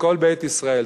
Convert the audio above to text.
לכל בית ישראל.